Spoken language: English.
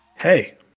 Hey